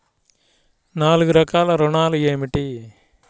నాలుగు రకాల ఋణాలు ఏమిటీ?